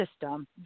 system